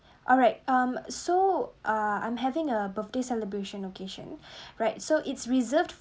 alright um so ah I'm having a birthday celebration occasion right so it's reserved